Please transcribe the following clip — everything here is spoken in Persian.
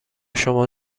شما